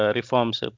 reforms